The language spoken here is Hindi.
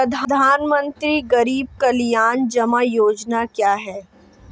प्रधानमंत्री गरीब कल्याण जमा योजना क्या है?